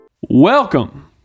Welcome